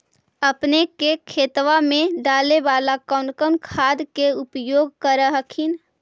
अपने के खेतबा मे डाले बाला कौन कौन खाद के उपयोग कर हखिन?